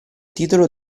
titolo